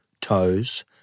toes